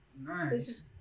Nice